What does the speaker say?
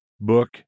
book